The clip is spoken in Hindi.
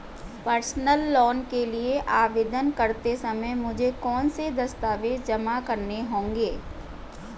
पर्सनल लोन के लिए आवेदन करते समय मुझे कौन से दस्तावेज़ जमा करने होंगे?